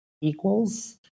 equals